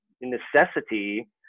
necessity